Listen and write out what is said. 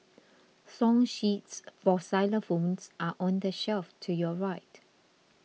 song sheets for xylophones are on the shelf to your right